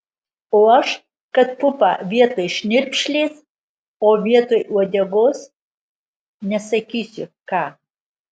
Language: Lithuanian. o aš kad pupą vietoj šnirpšlės o vietoj uodegos nesakysiu ką